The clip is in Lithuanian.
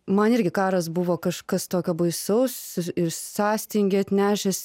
man irgi karas buvo kažkas tokio baisaus ir sąstingį atnešęs